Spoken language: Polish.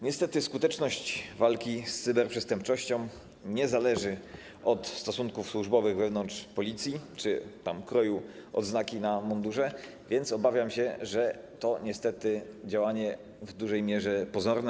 Niestety skuteczność walki z cyberprzestępczością nie zależy od stosunków służbowych wewnątrz Policji czy od kroju odznaki na mundurze, więc obawiam się, że to niestety działanie w dużej mierze pozorne.